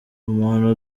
umuntu